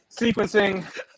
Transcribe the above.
sequencing